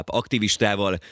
aktivistával